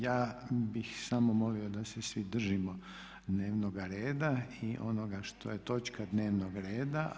Ja bih samo molio da se svi držimo dnevnoga rada i onoga što je točka dnevnoga reda.